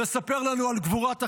לספר לנו על גבורת החיילים.